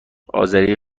آذری